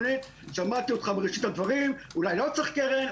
שמעתי אותך בראשית הדברים - אולי לא צריך קרן,